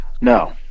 No